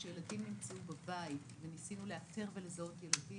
כשהילדים היו בבית וניסינו לאתר ולזהות ילדים,